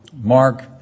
Mark